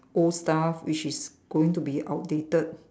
old stuff which is going to be outdated